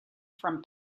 from